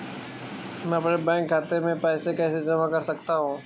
मैं अपने बैंक खाते में पैसे कैसे जमा कर सकता हूँ?